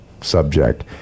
subject